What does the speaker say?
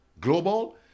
Global